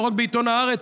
לא רק בעיתון הארץ,